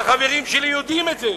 והחברים שלי יודעים את זה,